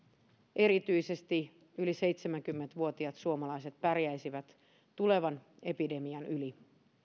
erityisesti yli seitsemänkymmentä vuotiaat suomalaiset pärjäisivät tulevan epidemian yli